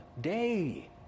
day